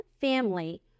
family